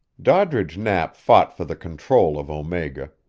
doddridge knapp fought for the control of omega,